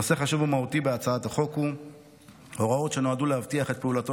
נושא חשוב ומהותי בהצעת החוק הוא הוראות שנועדו להבטיח את פעולתו